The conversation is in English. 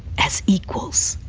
as equals.